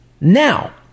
now